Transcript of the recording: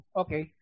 okay